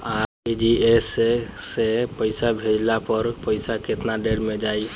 RTGS से पईसा भेजला पर पईसा केतना देर म जाई?